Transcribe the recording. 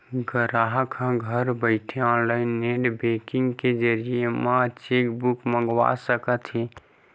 गराहक ह घर बइठे ऑनलाईन नेट बेंकिंग के जरिए म चेकबूक मंगवा सकत हे